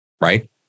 right